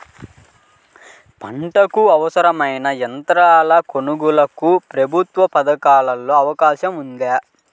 పంటకు అవసరమైన యంత్రాల కొనగోలుకు ప్రభుత్వ పథకాలలో అవకాశం ఉందా?